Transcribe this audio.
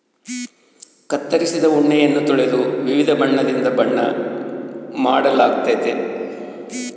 ಕತ್ತರಿಸಿದ ಉಣ್ಣೆಯನ್ನ ತೊಳೆದು ವಿವಿಧ ಬಣ್ಣದಿಂದ ಬಣ್ಣ ಮಾಡಲಾಗ್ತತೆ